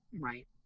Right